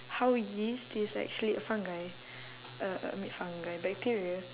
how yeast is actually a fungi uh I mean fungi bacteria